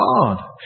God